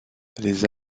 les